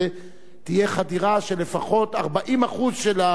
40% של החברה הישראלית שישתמשו באינטרנט,